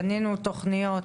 בנינו תוכניות